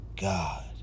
God